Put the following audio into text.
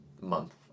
month